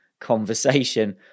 conversation